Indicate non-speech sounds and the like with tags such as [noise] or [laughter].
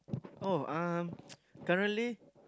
oh um [noise] currently